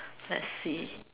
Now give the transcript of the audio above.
let's see